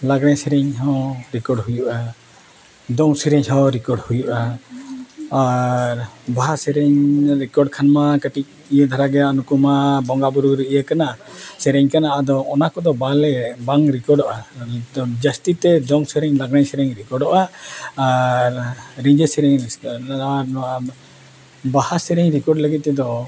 ᱞᱟᱜᱽᱬᱮ ᱥᱮᱨᱮᱧ ᱦᱚᱸ ᱨᱮᱠᱚᱨᱰ ᱦᱩᱭᱩᱜᱼᱟ ᱫᱚᱝ ᱥᱮᱨᱮᱧ ᱦᱚᱸ ᱨᱮᱠᱚᱨᱰ ᱦᱩᱭᱩᱜᱼᱟ ᱟᱨ ᱵᱟᱦᱟ ᱥᱮᱨᱮᱧ ᱨᱮᱠᱚᱨᱰ ᱠᱷᱟᱱ ᱢᱟ ᱠᱟᱹᱴᱤᱡ ᱤᱭᱟᱹ ᱫᱷᱟᱨᱟ ᱜᱮᱭᱟ ᱱᱩᱠᱩ ᱢᱟ ᱵᱚᱸᱜᱟ ᱵᱩᱨᱩ ᱤᱭᱟᱹ ᱠᱟᱱᱟ ᱥᱮᱨᱮᱧ ᱠᱟᱱᱟ ᱟᱫᱚ ᱚᱱᱟ ᱠᱚᱫᱚ ᱵᱟᱞᱮ ᱵᱟᱝ ᱨᱮᱠᱚᱨᱰ ᱚᱜᱼᱟ ᱡᱟᱹᱥᱛᱤ ᱛᱮ ᱫᱚᱝ ᱥᱮᱨᱮᱧ ᱞᱟᱜᱽᱬᱮ ᱥᱮᱨᱮᱧ ᱨᱮᱠᱚᱨᱰ ᱚᱜᱼᱟ ᱟᱨ ᱨᱤᱸᱡᱷᱟᱹ ᱵᱮᱥ ᱠᱚᱜᱼᱟ ᱟᱨ ᱱᱚᱣᱟ ᱵᱟᱦᱟ ᱥᱮᱨᱮᱧ ᱨᱮᱠᱚᱨᱰ ᱞᱟᱹᱜᱤᱫ ᱛᱮᱫᱚ